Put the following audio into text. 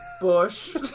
Bush